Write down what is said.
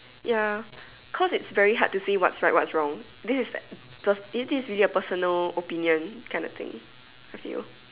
ya cause it's very hard to say what's right what's wrong this is the this is really a personal opinion kind of thing I feel